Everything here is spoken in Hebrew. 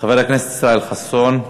חבר הכנסת ישראל חסון.